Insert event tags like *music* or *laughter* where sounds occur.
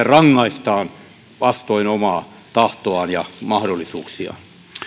*unintelligible* rangaistaan vastoin omaa tahtoaan ja mahdollisuuksiaan